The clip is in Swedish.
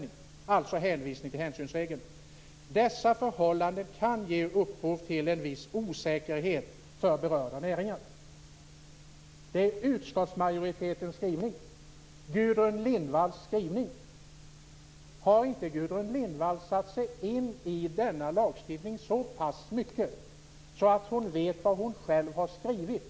Det är alltså hänvisning till hänsynsregeln. "Dessa förhållanden kan ge upphov till en viss osäkerhet för berörda näringar." Det är utskottsmajoritetens skrivning, och Gudrun Lindvalls skrivning. Har inte Gudrun Lindvall satt sig in i denna lagstiftning så pass mycket att hon vet vad hon själv har skrivit?